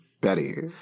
Betty